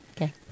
okay